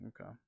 Okay